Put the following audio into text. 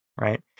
right